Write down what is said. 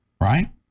Right